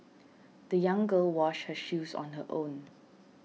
the young girl washed her shoes on her own